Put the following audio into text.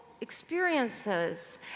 experiences